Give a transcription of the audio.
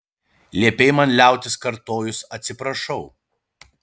liepei man liautis kartojus atsiprašau